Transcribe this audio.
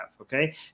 okay